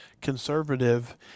conservative